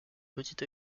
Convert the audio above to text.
petit